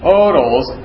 Totals